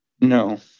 no